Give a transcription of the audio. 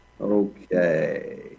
Okay